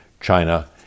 China